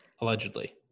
Allegedly